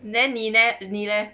then 你那你 leh